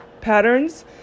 patterns